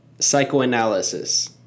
Psychoanalysis